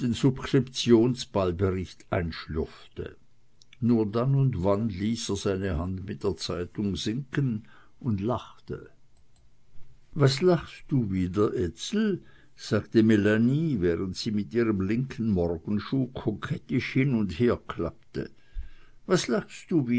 subskriptionsballbericht einschlürfte nur dann und wann ließ er seine hand mit der zeitung sinken und lachte was lachst du wieder ezel sagte melanie während sie mit ihrem linken morgenschuh kokettisch hin und her klappte was lachst du